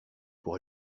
pour